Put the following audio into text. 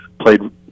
played